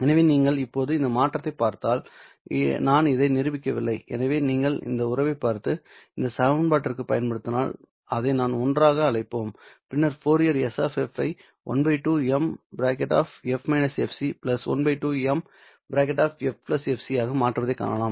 எனவே நீங்கள் இப்போது இந்த மாற்றத்தைப் பார்த்தால் நான் இதை நிரூபிக்கவில்லை எனவே நீங்கள் இந்த உறவைப் பார்த்து இந்த சமன்பாட்டிற்குப் பயன்படுத்தினால் அதை நாம் ஒன்றாக அழைப்போம் பின்னர் ஃபோரியர் S ஐ ½M ½ M f fc ஆக மாற்றுவதைக் காணலாம்